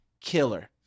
Killer